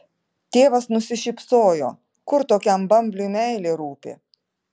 tėvas nusišypsojo kur tokiam bambliui meilė rūpi